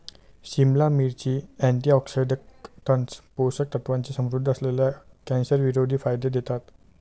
सिमला मिरची, अँटीऑक्सिडंट्स, पोषक तत्वांनी समृद्ध असल्याने, कॅन्सरविरोधी फायदे देतात